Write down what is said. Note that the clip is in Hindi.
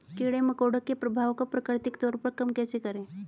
कीड़े मकोड़ों के प्रभाव को प्राकृतिक तौर पर कम कैसे करें?